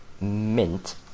mint